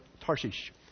Tarshish